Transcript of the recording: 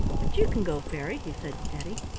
but you can go, fairy, he said to teddy.